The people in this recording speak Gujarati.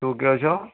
શું કહો છો